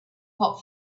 hot